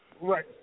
Right